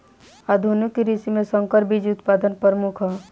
आधुनिक कृषि में संकर बीज उत्पादन प्रमुख ह